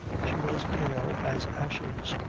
she was pale as ashes.